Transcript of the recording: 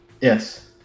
yes